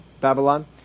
Babylon